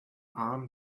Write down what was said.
arm